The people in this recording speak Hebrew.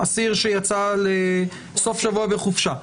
אסיר שיצא לסוף שבוע לחופשה.